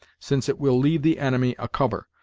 since it will leave the enemy a cover,